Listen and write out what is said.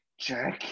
jerk